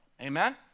Amen